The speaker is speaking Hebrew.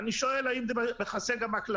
ואני שואל: האם זה מכסה גם הקלטה?